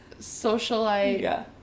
socialite